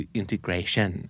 integration